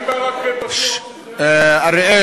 אם ברכה, אריאל,